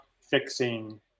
fixing